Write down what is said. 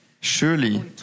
Surely